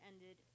ended